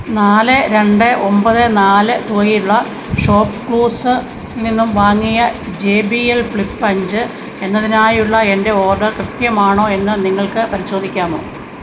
നാല് രണ്ട് ഒമ്പത് നാല് തുകയുള്ള ഷോപ്പ് ക്ലൂസ് നിന്നും വാങ്ങിയ ജെ ബി എൽ ഫ്ലിപ്പ് അഞ്ച് എന്നതിനായുള്ള എൻ്റെ ഓർഡർ കൃത്യമാണോ എന്ന് നിങ്ങൾക്ക് പരിശോധിക്കാമോ